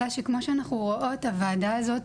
אלא שכמו שאנחנו רואות, הוועדה הזאת,